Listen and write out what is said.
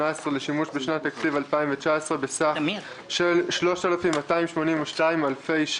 לשנת התקציב 2019. התוכנית העיקרית שבגינה נוצרו העודפים היא 343003: